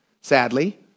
Sadly